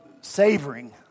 savoring